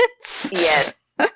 Yes